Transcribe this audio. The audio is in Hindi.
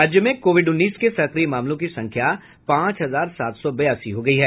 राज्य में कोविड उन्नीस के सक्रिय मामलों की संख्या पांच हजार सात सौ बयासी हो गयी है